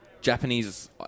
Japanese